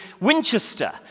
Winchester